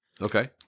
Okay